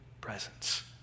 presence